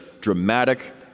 dramatic